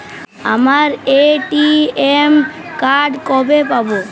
আমার ATM card কবে পাব?